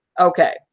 Okay